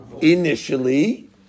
initially